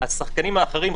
השחקנים האחרים,